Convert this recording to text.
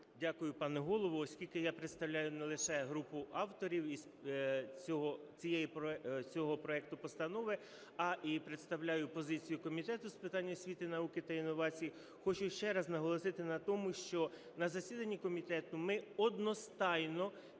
Дякую, пане Голово. Оскільки я представляю не лише групу авторів цього проекту постанови, а і представляю позицію Комітету з питань освіти, науки та інновацій, хочу ще раз наголосити на тому, що на засіданні комітету ми одностайно